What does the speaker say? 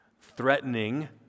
threatening